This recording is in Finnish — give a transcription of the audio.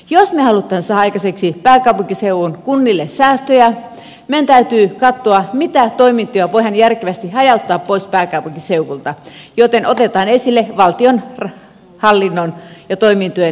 jos me haluamme saada aikaiseksi pääkaupunkiseudun kunnille säästöjä meidän täytyy katsoa mitä toimintoja voidaan järkevästi hajauttaa pois pääkaupunkiseudulta joten otetaan esille valtion hallinnon ja toimintojen rakennepaketti